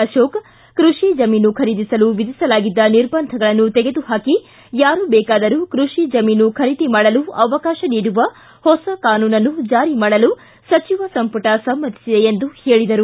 ಅಶೋಕ ಕೃಷಿ ಜಮೀನು ಖರಿದಿಸಲು ವಿಧಿಸಲಾಗಿದ್ದ ನಿರ್ಭಂಧಗಳನ್ನು ತೆಗೆದುಪಾಕಿ ಯಾರು ಬೇಕಾದರು ಕೃಷಿ ಜಮೀನು ಖರೀದಿ ಮಾಡಲು ಅವಕಾಶ ನೀಡುವ ಹೊಸ ಕಾನೂನನ್ನು ಜಾರಿ ಮಾಡಲು ಸಚಿವ ಸಂಪುಟ ಸಮ್ಪತಿಸಿದೆ ಎಂದರು